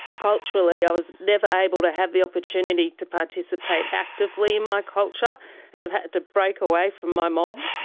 culturally i was never able to have the opportunity to participate actively in my culture and have had to break away from my mob.